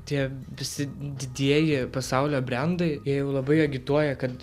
tie visi didieji pasaulio brendai jie jau labai agituoja kad